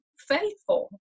Faithful